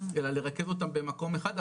אלא לרכז אותם במקום אחד,